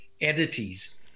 entities